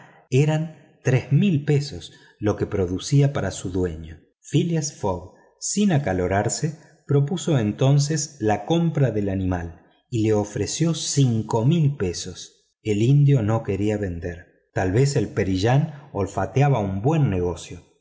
eran seiscientas libras lo que producía para su dueño phileas fogg sin acalorarse propuso entonces la compra del animal y le ofreció mil libras el indio no quería vender tal vez el perillán olfateaba un buen negocio